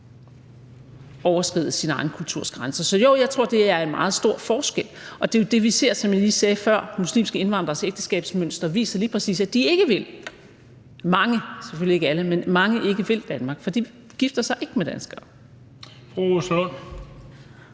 overskride sin egen kulturs grænser. Så jo, jeg tror, det er en meget stor forskel. Og det er jo det, vi ser, som jeg lige sagde før, nemlig at muslimske indvandreres ægteskabsmønster lige præcis viser, at mange, selvfølgelig ikke alle, ikke vil Danmark, for de gifter sig ikke med danskere.